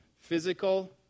Physical